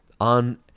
on